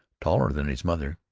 taller than his mother,